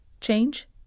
change